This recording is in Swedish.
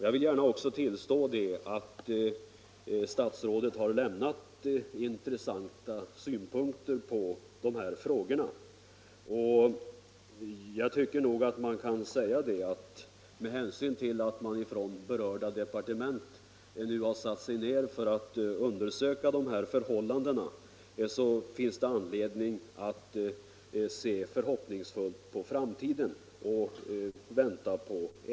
Jag vill också gärna tillstå att statrådet har lämnat intressanta synpunkter på dessa frågor och anser, med hänsyn till att man inom berörda departement nu har börjat undersöka förhållandena, att det finns anledning att se förhoppningsfullt på framtiden.